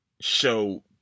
show